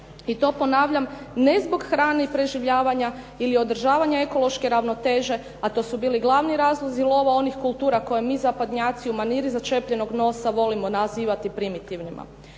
I to ponavljam ne zbog hrane i preživljavanja ili održavanja ekološke ravnoteže a to su bili glavni razlozi lova onih kultura koje mi zapadnjaci u maniri začepljenog nosa volimo nazivati primitivnima.